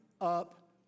up